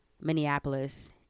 Minneapolis